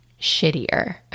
shittier